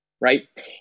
right